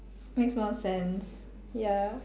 makes more sense ya